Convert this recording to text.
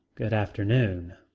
good afternoon.